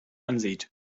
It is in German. ansieht